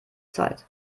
zeit